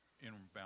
inbound